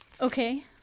Okay